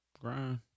grind